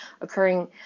occurring